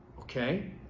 Okay